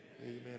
amen